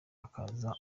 akaza